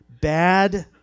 Bad